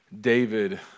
David